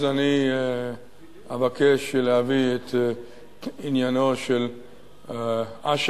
אז אני אבקש להביא את עניינו של אש"ף,